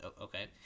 Okay